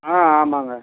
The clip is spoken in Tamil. ஆ ஆமாங்க